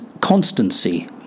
constancy